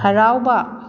ꯍꯔꯥꯎꯕ